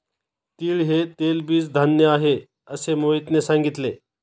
तीळ हे तेलबीज धान्य आहे, असे मोहितने सांगितले